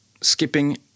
skipping